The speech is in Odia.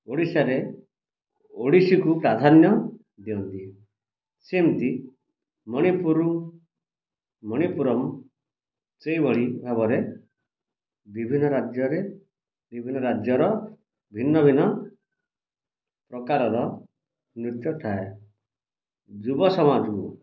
ଓଡ଼ିଶାରେ ଓଡ଼ିଶୀକୁ ପ୍ରାଧାନ୍ୟ ଦିଅନ୍ତି ସେମିତି ମଣିପୁର ମଣିପୁରମ୍ ସେଇଭଳି ଭାବରେ ବିଭିନ୍ନ ରାଜ୍ୟରେ ବିଭିନ୍ନ ରାଜ୍ୟର ଭିନ୍ନ ଭିନ୍ନ ପ୍ରକାରର ନୃତ୍ୟ ଥାଏ ଯୁବ ସମାଜକୁ